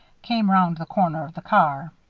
came round the corner of the car.